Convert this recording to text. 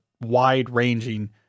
wide-ranging